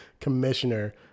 commissioner